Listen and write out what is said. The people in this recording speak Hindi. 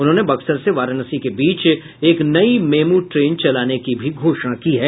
उन्होंने बक्सर से वाराणसी के बीच एक नई मेमू ट्रेन चलाने की भी घोषणा की है